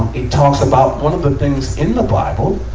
it talks about, one of the things in the bible,